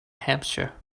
hamster